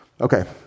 Okay